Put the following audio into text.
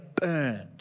burned